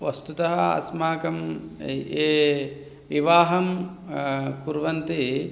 वस्तुतः अस्माकम् ये विवाहं कुर्वन्ति